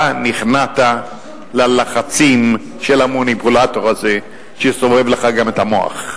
אתה נכנעת ללחצים של המניפולטור הזה שסובב לך גם את המוח.